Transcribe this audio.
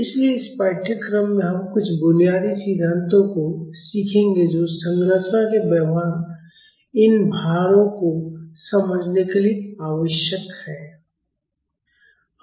इसलिए इस पाठ्यक्रम में हम कुछ बुनियादी सिद्धांतों को सीखेंगे जो संरचनाओं के व्यवहार और इन भारों को समझने के लिए आवश्यक हैं